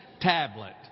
tablet